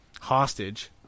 hostage